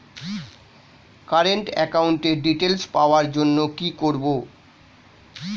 Current একাউন্টের details পাওয়ার জন্য কি করব?